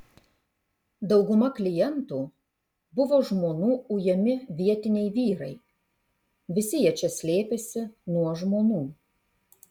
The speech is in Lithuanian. dauguma klientų buvo žmonų ujami vietiniai vyrai visi jie čia slėpėsi nuo žmonų